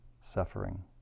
suffering